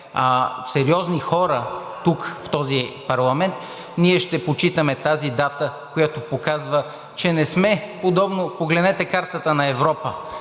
сериозни хора тук в този парламент, ние ще почитаме тази дата, която показва, че не сме… погледнете картата на Европа.